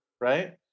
right